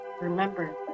Remember